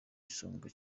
isonga